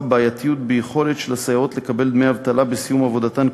בעייתיות ביכולת של הסייעות לקבל דמי אבטלה בסיום עבודתן,